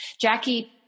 Jackie